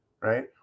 right